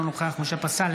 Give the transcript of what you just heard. אינו נוכח משה פסל,